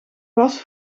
was